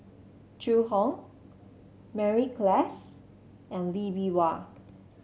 Zhu Hong Mary Klass and Lee Bee Wah